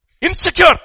Insecure